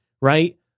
right